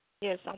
Yes